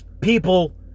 people